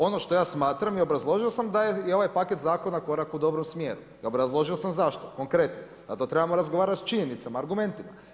Ono što ja smatram i obrazložio sam da je i ovaj paket zakona korak u dobrom smjeru i obrazložio sam zašto konkretno, zato trebamo razgovarati s činjenicama, argumentima.